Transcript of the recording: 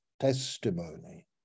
testimony